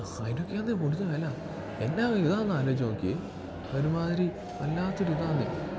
അതിനൊക്കെ ആണേൽ മുടിഞ്ഞ വില എന്നാ ഒര് ഇതൊന്ന് ആലോചിച്ച് നോക്കിയേ ഒരുമാതിരി വല്ലാത്തൊരിതാന്നെ